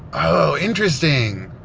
oh, interesting!